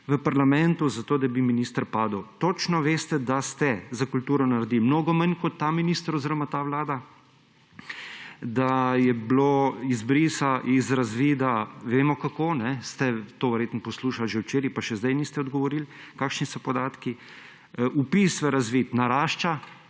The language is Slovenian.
v parlamentu, zato da bi minister padel. Točno veste, da ste za kulturo naredili mnogo manj kot ta minister oziroma ta vlada, da vemo, kako je bilo izbrisa iz razvida. To ste verjetno poslušali že včeraj pa še zdaj niste odgovorili, kakšni so podatki. Vpis v razvid narašča,